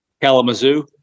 Kalamazoo